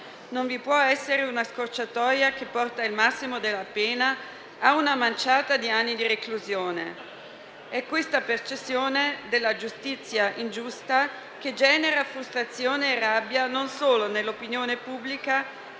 non vi può essere una scorciatoia che porta il massimo della pena a una manciata di anni di reclusione. È questa percezione della giustizia ingiusta che genera frustrazione e rabbia non solo nell'opinione pubblica